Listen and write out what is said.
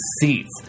seats